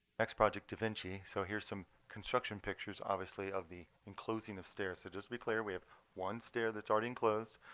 next project da vinci so here's some construction pictures obviously of the enclosing of stairs. so just to be clear, we have one stair that's already enclosed.